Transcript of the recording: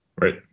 Right